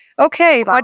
Okay